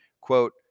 Quote